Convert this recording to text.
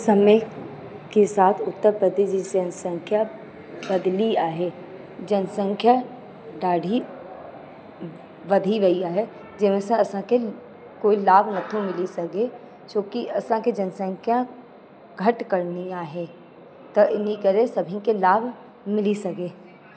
समय के साथ उत्तर प्रदेश जी जनसंख्या बदली आहे जनसंख्या ॾाढी वधी वयी आहे जंहिं सां असांखे कोई लाभ न थो मिली सघे छो कि असांखे जनसंख्या घटि करिणी आहे त इन करे सभिनि खे लाभ मिली सघे